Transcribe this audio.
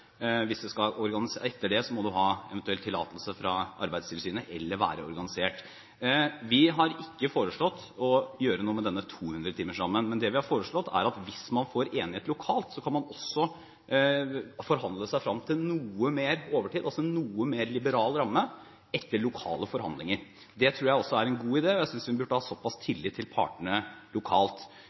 hvis det er enighet lokalt, kan man forhandle seg fram til en noe mer liberal ramme etter lokale forhandlinger. Det tror jeg er en god idé, og jeg synes vi burde ha såpass tillit til partene lokalt.